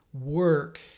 work